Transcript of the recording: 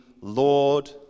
Lord